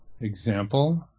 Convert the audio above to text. example